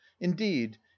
indeed